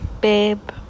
babe